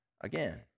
again